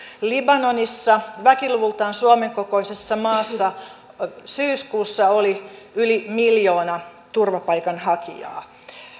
libanonissa väkiluvultaan suomen kokoisessa maassa syyskuussa oli yli miljoona turvapaikanhakijaa